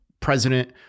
president